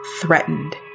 threatened